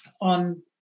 on